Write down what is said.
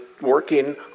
working